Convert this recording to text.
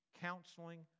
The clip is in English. counseling